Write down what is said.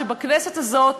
שבכנסת הזאת,